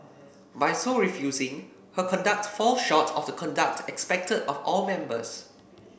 by so refusing her conduct falls short of the conduct expected of all members